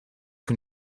can